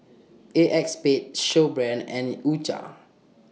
ACEXSPADE Snowbrand and U Cha